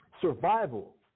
Survival